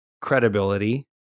credibility